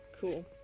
Cool